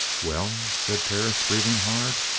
well? said perris, breathing hard.